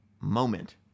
moment